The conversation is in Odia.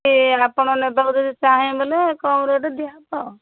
ଆପଣ ନେବା ପାଇଁ ଚାହିଁବେ ବୋଲେ କମ୍ ରେଟ୍ ଦିଆହେବ